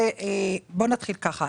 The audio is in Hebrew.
בוא נתחיל ככה.